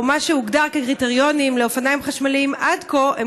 או מה שהוגדר כקריטריונים לאופניים חשמליים עד כה,